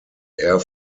air